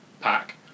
pack